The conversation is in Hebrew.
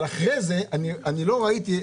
אבל אחרי זה אני לא ראיתי,